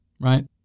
Right